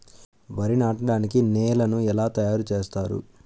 వరి నాటడానికి నేలను ఎలా తయారు చేస్తారు?